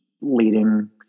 leading